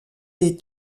est